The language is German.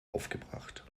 aufgebracht